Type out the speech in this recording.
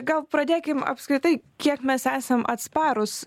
gal pradėkim apskritai kiek mes esam atsparūs